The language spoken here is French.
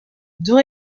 deux